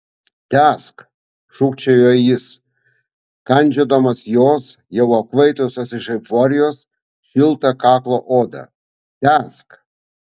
tęsk šūkčiojo jis kandžiodamas jos jau apkvaitusios iš euforijos šiltą kaklo odą tęsk